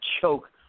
choke